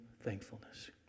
thankfulness